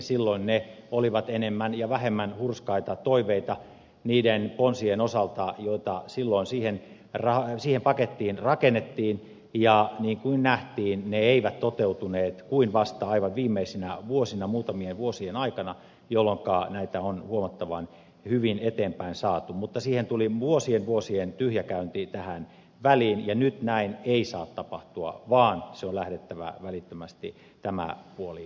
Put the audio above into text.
silloin tavoitteet olivat enemmän ja vähemmän hurskaita toiveita niiden ponsien osalta joita silloin siihen pakettiin rakennettiin ja niin kuin nähtiin ne eivät toteutuneet kuin vasta aivan viimeisinä vuosina muutamien vuosien aikana jolloinka näitä on huomattavan hyvin eteenpäin saatu mutta siinä tuli vuosien vuosien tyhjäkäynti tähän väliin ja nyt näin ei saa tapahtua vaan tämän puolen on lähdettävä välittömästi liikkeelle